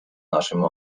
naszym